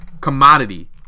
commodity